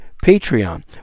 patreon